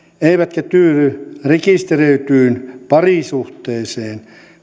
eivätkä tyydy rekisteröityyn parisuhteeseen